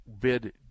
bid